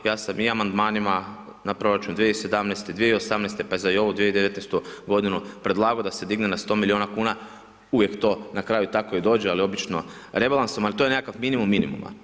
Ja sam i Amandmanima na proračun 2017.-te, 2018.-te, pa i za ovu 2019.-tu godinu predlagao da se digne na 100 milijuna kuna, uvijek to na kraju tako i dođe, ali obično rebalansom, ali to je nekakav minimum minimuma.